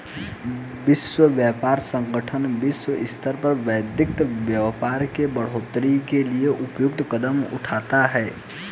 विश्व व्यापार संगठन विश्व स्तर पर वैश्विक व्यापार के बढ़ोतरी के लिए उपयुक्त कदम उठाता है